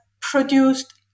produced